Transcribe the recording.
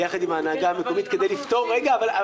ביחד עם ההנהגה המקומית כדי לפתור --- כן,